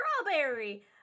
Strawberry